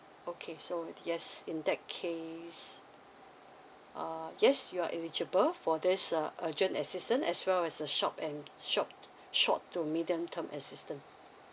okay so yes in that case uh yes you are eligible for this uh urgent assistant as well as a shop and short short to medium term assistance